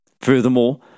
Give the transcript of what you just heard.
Furthermore